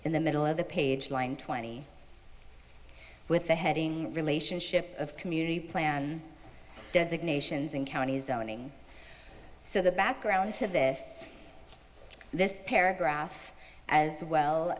in the middle of the page line twenty with the heading relationship of community plan designations and county zoning so the background to this this paragraph as well